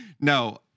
No